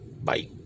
Bye